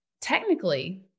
technically